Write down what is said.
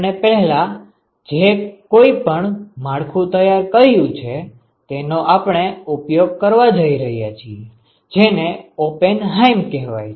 આપણે પહેલા જે કઈ પણ માળખું તૈયાર કર્યું છે તેનો આપણે ઉપયોગ કરવા જઈરહ્યા છીએ જેને ઓપેનહાઈમ કહેવાય છે